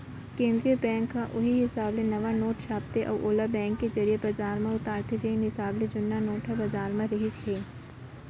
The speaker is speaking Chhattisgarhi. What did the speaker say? केंद्रीय बेंक ह उहीं हिसाब ले नवा नोट छापथे अउ ओला बेंक के जरिए बजार म उतारथे जेन हिसाब ले जुन्ना नोट ह बजार म रिहिस हे